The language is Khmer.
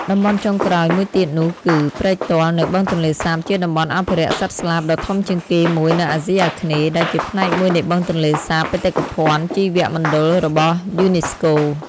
តំបន់់ចុងក្រោយមួយទៀតនោះគឺ ព្រែកទាល់នៅបឹងទន្លេសាបជាតំបន់អភិរក្សសត្វស្លាបដ៏ធំជាងគេមួយនៅអាស៊ីអាគ្នេយ៍ ដែលជាផ្នែកមួយនៃបឹងទន្លេសាបបេតិកភណ្ឌជីវមណ្ឌលរបស់ UNESCO។